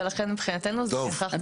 ולכן מבחינתנו זה בהכרח.